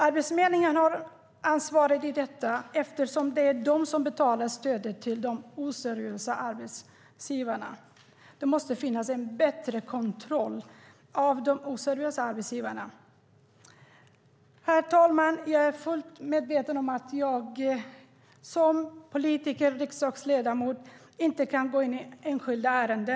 Arbetsförmedlingen har ansvaret för detta, eftersom det är de som betalar stödet till de oseriösa arbetsgivarna. Det måste finnas en bättre kontroll av de oseriösa arbetsgivarna. Herr talman! Jag är fullt medveten om att jag som politiker och riksdagsledamot inte kan gå in i enskilda ärenden.